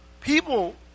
people